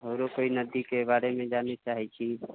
आओरो कोइ नदीके बारेमे जानै चाहैत छी